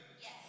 Yes